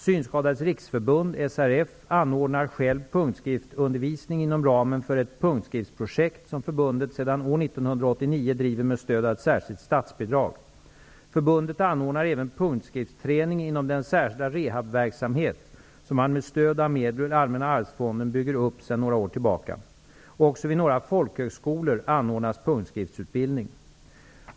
Synskadades riksförbund, SRF, anordnar självt punktskriftsundervisning inom ramen för ett punktskriftsprojekt som förbundet sedan år 1989 driver med stöd av ett särskilt statsbidrag. Förbundet anordnar även punktskriftsträning inom den särskilda rehabverksamhet som man med stöd av medel ur Allmänna arvsfonden bygger upp sedan några år tillbaka. Också vid några folkhögskolor anordnas punktskriftsutbildning.